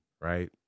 right